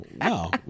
no